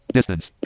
Distance